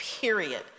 Period